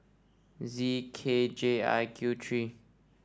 Z K J I Q three